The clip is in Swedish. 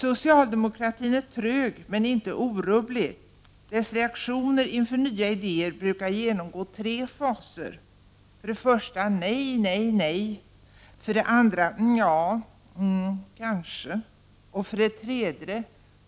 Socialdemokratin är trög men inte orubblig. Dess reaktioner inför nya idéer brukar genomgå tre faser; 1. Nej, nej, nej! 2. Nja. Hm. Kanske. 3.